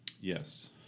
Yes